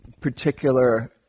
particular